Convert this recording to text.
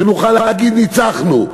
שנוכל להגיד: ניצחנו.